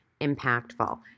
impactful